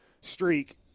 streak